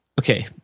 okay